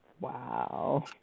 Wow